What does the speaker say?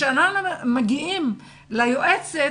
כשאנחנו מגיעים ליועצת,